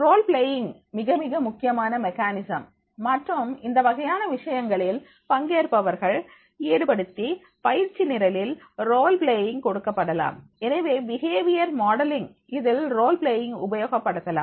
role playing மிக மிக முக்கியமான மெக்கானிசம் மற்றும் இந்த வகையான விஷயங்களில் பங்கேற்பவர்கள் ஈடுபடுத்தி பயிற்சி நிரலில் ரோல் பிளேயிங் கொடுக்கப்படலாம் எனவே பிஹேவியர் மாடலிங் இதில் ரோல் பிளேயிங் உபயோகப்படுத்தலாம்